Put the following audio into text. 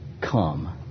come